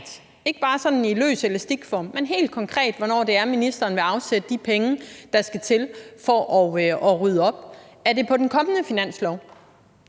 ikke bare sådan i løs elastikform – hvornår ministeren vil afsætte de penge, der skal til, for at rydde op. Er det på den kommende finanslov?